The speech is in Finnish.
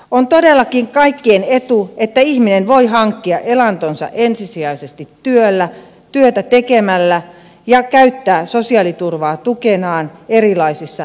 on todellakin kaikkien etu että ihminen voi hankkia elantonsa ensisijaisesti työllä työtä tekemällä ja käyttää sosiaaliturvaa tukenaan erilaisissa elämäntilanteissa